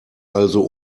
also